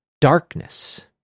darkness